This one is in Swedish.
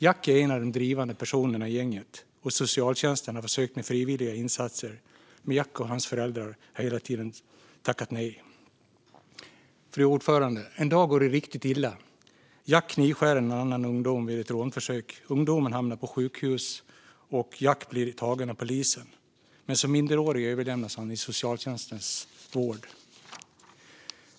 Jack är en av de drivande personerna i gänget. Socialtjänsten har försökt med frivilliga insatser, men Jack och hans föräldrar har hela tiden tackat nej. En dag går det riktigt illa. Jack knivskär en annan ungdom vid ett rånförsök. Ungdomen hamnar på sjukhus, och Jack blir tagen av polisen. Men som minderårig överlämnas han i socialtjänstens vård.